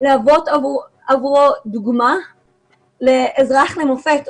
להוות עבורו דוגמה לאזרח למופת,